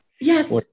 Yes